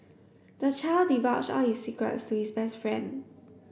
the child divulged all his secrets to his best friend